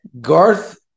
Garth